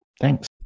Thanks